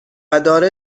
داره